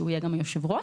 שיהיה גם היושב-ראש.